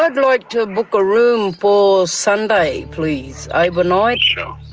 ah and like to book a room for sunday please, overnight. sure,